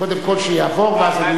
קודם כול שיעבור, ואז אני,